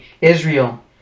Israel